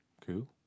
cool